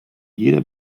jeder